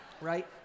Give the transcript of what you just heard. right